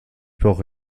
brauche